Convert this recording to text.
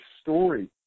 story